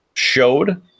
showed